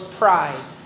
pride